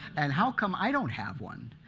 and how come i don't have one?